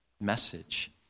message